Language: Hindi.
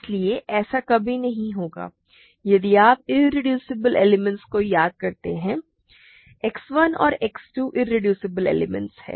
इसलिए ऐसा कभी नहीं होगा यदि आप इरेड्यूसिबल एलिमेंट्स को याद करते हैं X 1 और X 2 इरेड्यूसिबल एलिमेंट्स हैं